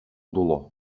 dolor